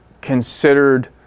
considered